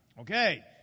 Okay